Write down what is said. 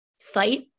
fight